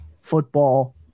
football